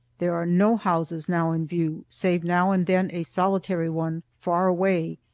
there are no houses now in view, save now and then a solitary one, far away.